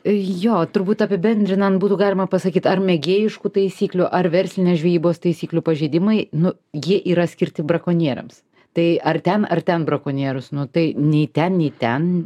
jo turbūt apibendrinant būtų galima pasakyt ar mėgėjiškų taisyklių ar verslinės žvejybos taisyklių pažeidimai nu jie yra skirti brakonieriams tai ar ten ar ten brakonierius nu tai nei ten nei ten